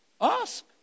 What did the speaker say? Ask